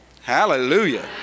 Hallelujah